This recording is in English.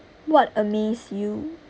what amaze you